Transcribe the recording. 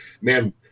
man